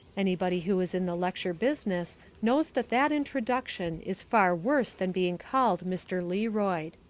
anybody who is in the lecture business knows that that introduction is far worse than being called mr. learoyd.